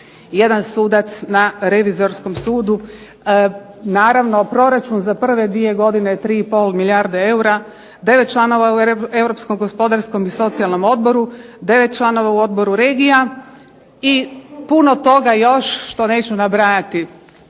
jedan sudac na Revizorskom sudu. Naravno proračun za prve dvije godine je 3,5 milijardi eura, 9 članova u Europskom gospodarskom i socijalnom odboru, 9 članova u odboru regija i puno toga još što neću nabrajati,